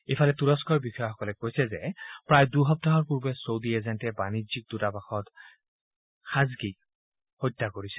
ইফালে তুৰস্থৰ বিষয়াসকলে কৈছে যে প্ৰায় দুসপ্তাহৰ পূৰ্বে চৌদি এজেণ্টে বানিজ্যিক দুটাবসত শ্ৰীখাচ গিক হত্যা কৰা কৰিছে